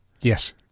Yes